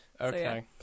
okay